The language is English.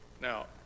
Now